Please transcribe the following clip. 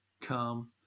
come